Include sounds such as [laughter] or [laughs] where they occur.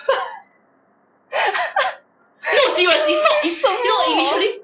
[laughs] [laughs] help